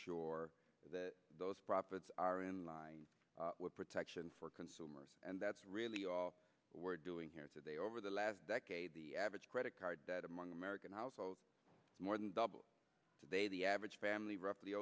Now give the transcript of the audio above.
sure that those profits are in line with protection for consumers and that's really all we're doing here today over the last decade the average credit card debt among american households more than double today the average family roughly